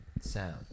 sound